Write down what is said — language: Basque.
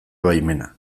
baimena